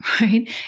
right